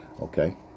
Okay